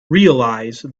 realise